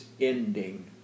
ending